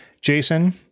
Jason